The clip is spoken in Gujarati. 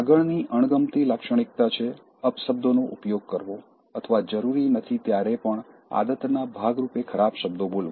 આગળની અણગમતી લાક્ષણિકતા છે અપશબ્દોનો ઉપયોગ કરવો અથવા જરૂરી નથી ત્યારે પણ આદતના ભાગ રૂપે ખરાબ શબ્દો બોલવા